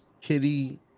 kitty